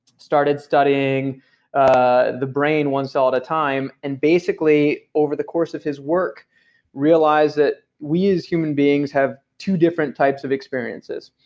started studying ah the brain once cell at a time, and basically over the course of his work realized that we as human beings have two different types of experiences.